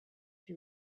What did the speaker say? you